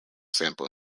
sample